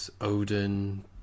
Odin